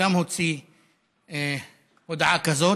הוא גם הוציא הודעה כזאת.